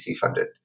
funded